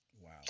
Wow